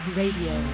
radio